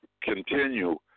continue